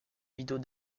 vidéos